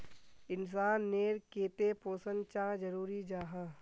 इंसान नेर केते पोषण चाँ जरूरी जाहा?